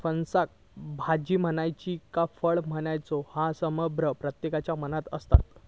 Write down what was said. फणसाक भाजी म्हणायची कि फळ म्हणायचा ह्यो संभ्रम प्रत्येकाच्या मनात असता